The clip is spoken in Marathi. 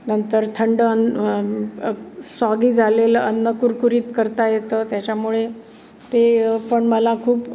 नंतर थंड अन स्वागी झालेलं अन्न कुरकुरीत करता येतं त्याच्यामुळे ते पण मला खूप